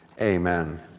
Amen